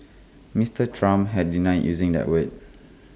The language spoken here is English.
Mister Trump had denied using that word